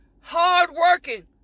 hardworking